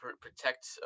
protect